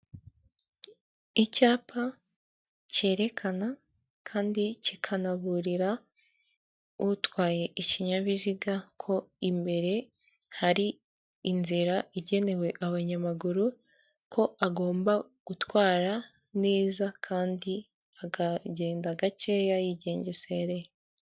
Icyapa cyerekana kandi kikanaburira utwaye ikinyabiziga ko imbere hari inzira igenewe abanyamaguru ko agomba gutwara neza kandi akagenda gakeya yigengesereye.